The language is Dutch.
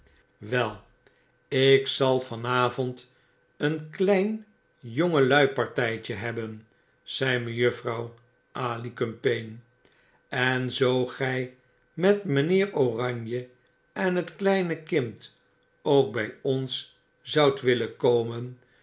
wel ik zal van avond een klein jongelui parfcgtje hebben zei mejuffrouw alicumpaine en zoo gij met mgnheer oranje en het kleine kind ook bg ons zoudt willen komen